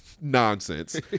nonsense